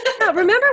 Remember